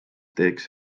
teeks